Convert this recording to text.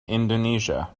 indonesia